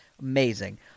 amazing